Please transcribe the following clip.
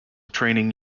training